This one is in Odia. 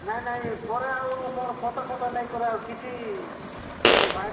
ନାଇଁ ନାଇଁ ପରେ ଆଉ ମୋର ଫଟା ଫଟୋ ନେଇକିରି ଆଉ କିଛି ପରେ ଭାଇରାଲ୍